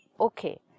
Okay